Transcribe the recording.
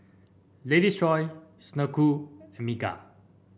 Lady's Choice Snek Ku and Megan